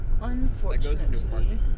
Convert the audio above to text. Unfortunately